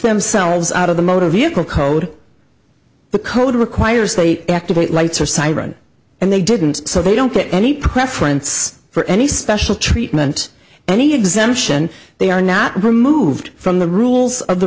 themselves out of the motor vehicle code the code requires they activate lights or siren and they didn't so they don't get any preference for any special treatment any exemption they are not removed from the rules of the